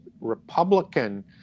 Republican